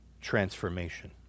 transformation